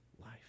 life